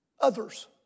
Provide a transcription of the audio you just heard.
Others